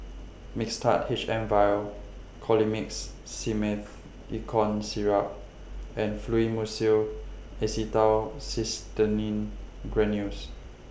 Mixtard H M Vial Colimix Simethicone Syrup and Fluimucil Acetylcysteine Granules